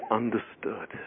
understood